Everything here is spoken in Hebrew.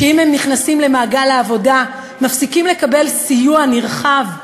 אם הם נכנסים למעגל העבודה הם מפסיקים לקבל סיוע נרחב,